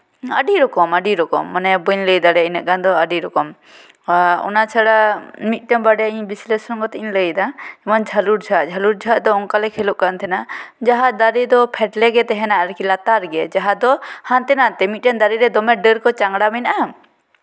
ᱟᱹᱰᱤ ᱨᱚᱠᱚᱢᱼᱟᱹᱰᱤ ᱨᱚᱠᱚᱢ ᱢᱟᱱᱮ ᱵᱟᱹᱧ ᱞᱟᱹᱭ ᱫᱟᱲᱮᱭᱟᱜᱼᱟ ᱤᱱᱟᱹᱜ ᱜᱟᱱ ᱫᱚ ᱟᱹᱰᱤ ᱨᱚᱠᱚᱢ ᱚᱱᱟ ᱪᱷᱟᱲᱟ ᱢᱤᱫᱴᱮᱱ ᱵᱟᱨᱭᱟ ᱤᱧ ᱵᱤᱥᱞᱮᱥᱚᱱ ᱠᱟᱛᱮᱧ ᱞᱟᱹᱭᱮᱫᱟ ᱱᱚᱣᱟ ᱡᱷᱟᱹᱞᱩᱨ ᱡᱷᱟᱜ ᱡᱷᱟᱹᱞᱩᱨ ᱡᱷᱟᱜ ᱫᱚ ᱚᱱᱠᱟ ᱞᱮ ᱠᱷᱮᱞᱳᱜ ᱠᱟᱱ ᱛᱟᱦᱮᱱᱟ ᱡᱟᱦᱟᱸ ᱫᱟᱨᱮ ᱫᱚ ᱯᱷᱮᱴᱞᱮ ᱜᱮ ᱛᱟᱦᱮᱱᱟ ᱟᱨᱠᱤ ᱞᱟᱛᱟᱨ ᱜᱮᱭᱟ ᱡᱟᱦᱟᱸ ᱫᱚ ᱦᱟᱱᱛᱮ ᱱᱟᱛᱮ ᱢᱤᱫᱴᱮᱱ ᱫᱟᱨᱮ ᱨᱮ ᱫᱚᱢᱮ ᱰᱟᱹᱨ ᱠᱚ ᱪᱟᱝᱜᱽᱲᱟ ᱢᱮᱱᱟᱜᱼᱟ